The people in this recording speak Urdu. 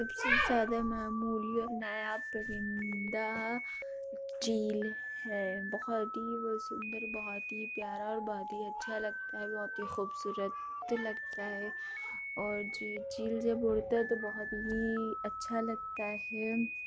سب سے زیادہ معمولی اور نایاب پرن دا چیل ہے بہت ہی وہ سندر بہت ہی پیارا اور بہت ہی اچھا لگتا ہے بہت ہی خوبصورت لگتا ہے اور جی چیل جب اڑتا ہے تو بہت ہی اچھا لگتا ہے